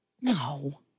No